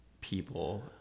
people